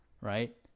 right